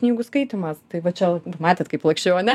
knygų skaitymas tai va čia matėt kaip laksčiau ane